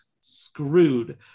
screwed